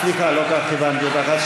סליחה, לא הבנתי אותך.